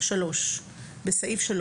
בסעיף 3